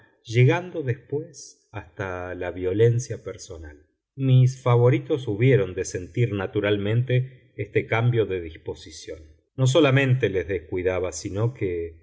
llegando después hasta la violencia personal mis favoritos hubieron de sentir naturalmente este cambio de disposición no solamente les descuidaba sino que